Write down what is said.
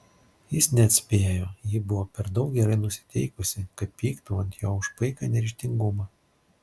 jis neatspėjo ji buvo per daug gerai nusiteikusi kad pyktų ant jo už paiką neryžtingumą